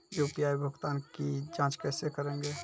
UPI भुगतान की जाँच कैसे करेंगे?